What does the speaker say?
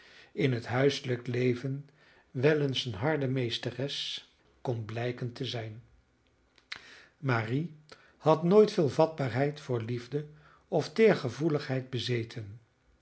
in het huiselijk leven wel eens een harde meesteres kon blijken te zijn marie had nooit veel vatbaarheid voor liefde of teergevoeligheid bezeten